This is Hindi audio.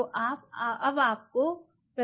तो अब आपको प्रतिबंधित करना होगा